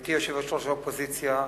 גברתי יושבת-ראש האופוזיציה,